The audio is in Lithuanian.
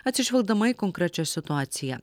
atsižvelgdama į konkrečią situaciją